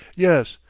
yes.